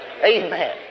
Amen